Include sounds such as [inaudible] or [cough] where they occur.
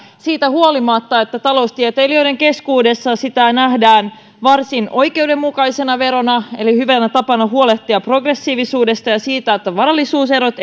siitä huolimatta että taloustieteilijöiden keskuudessa se nähdään varsin oikeudenmukaisena verona eli hyvänä tapana huolehtia progressiivisuudesta ja siitä että varallisuuserot [unintelligible]